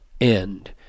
end